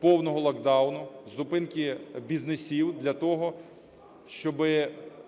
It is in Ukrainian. повного локдауну, зупинки бізнесів. Для того, щоб